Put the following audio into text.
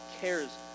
cares